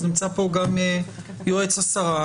נמצא פה גם יועץ השרה,